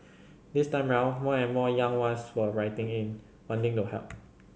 this time round more and more young ones were writing in wanting to help